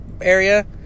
area